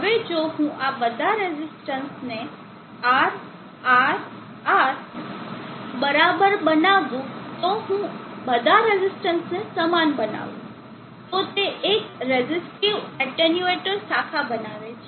હવે જો હું બધા રેઝિસ્ટન્સને R R R બરાબર બનાવું જો હું બધા રેઝિસ્ટન્સને સમાન બનાવું તો તે એક રેઝિસ્ટિવ એટેન્યુએટર શાખા બનાવે છે